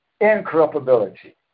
incorruptibility